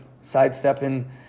sidestepping